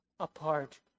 Apart